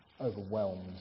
overwhelmed